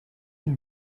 une